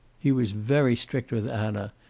he was very strict with anna,